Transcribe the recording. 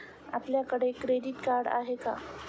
आपल्याकडे credit card आहे का?